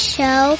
Show